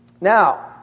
Now